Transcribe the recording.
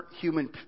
human